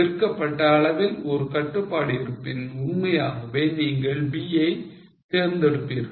விற்கப்பட்ட அளவில் ஒரு கட்டுப்பாடு இருப்பின் உண்மையாகவே நீங்கள் B யை தேர்ந்தெடுப்பீர்கள்